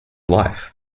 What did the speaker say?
life